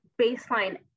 baseline